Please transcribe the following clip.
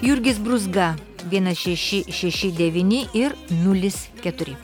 jurgis brūzga vienas šeši šeši devyni ir nulis keturi